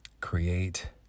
create